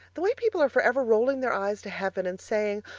the way people are for ever rolling their eyes to heaven and saying,